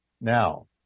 Now